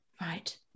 Right